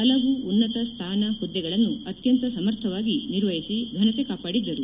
ಹಲವು ಉನ್ನತ ಸ್ಥಾನ ಹುದ್ದೆಗಳನ್ನು ಅತ್ಯಂತ ಸಮರ್ಥವಾಗಿ ನಿರ್ವಹಿಸಿ ಘನತೆ ಕಾಪಾದಿದ್ದರು